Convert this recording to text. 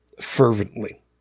fervently